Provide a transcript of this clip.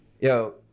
Yo